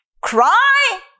Cry